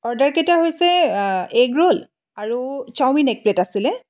অৰ্ডাৰকেইটা হৈছে egg roll আৰু চাওমিন এক প্লেট আছিলে